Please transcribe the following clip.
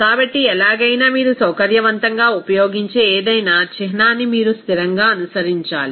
కాబట్టి ఎలాగైనా మీరు సౌకర్యవంతంగా ఉపయోగించే ఏదైనా చిహ్నాన్ని మీరు స్థిరంగా అనుసరించాలి